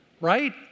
right